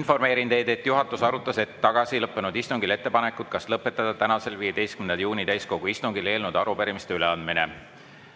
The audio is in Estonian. Informeerin teid, et juhatus arutas hetk tagasi lõppenud istungil ettepanekut lõpetada tänasel, 15. juuni täiskogu istungil eelnõude ja arupärimiste üleandmine.